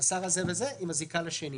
השר הזה והזה עם זיקה לשני,